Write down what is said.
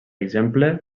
exemple